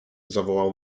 zawołał